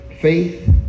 faith